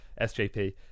SJP